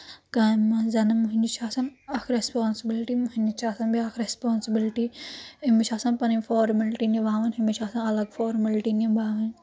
کامہِ منٛز زَنان مۄہنوِس چھُ آسان اکھ ریسپانسبلٹی مۄہنوِس چھِ آسان بیٛاکھ ریسپانسبلٹی أمِس چھِ آسان پنٕنۍ فارملٹی نِباوٕنۍ أمِس چھِ آسان الگ فارملٹی نِباوٕنۍ